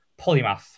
polymath